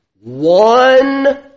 one